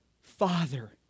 Father